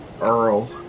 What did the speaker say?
earl